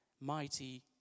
mighty